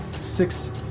six